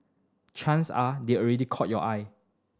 chance are they've already caught your eye